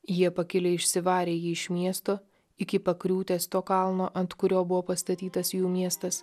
jie pakilę išsivarė jį iš miesto iki pakriūtės to kalno ant kurio buvo pastatytas jų miestas